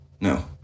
no